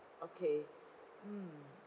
okay mm